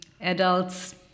adults